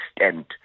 extent